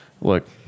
Look